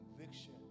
Conviction